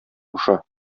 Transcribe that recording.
куша